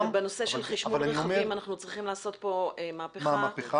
בנושא של חשמול רכבים אנחנו שצריכים לעשות כאן מהפכה.